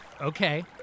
Okay